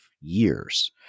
years